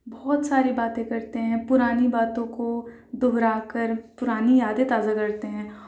بہت ساری باتیں کرتے ہیں پُرانی باتوں کو دہرا کر پُرانی یادیں تازہ کرتے ہیں